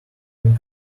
can